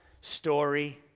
story